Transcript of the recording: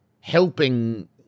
helping